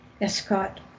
Escott